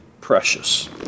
precious